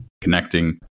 connecting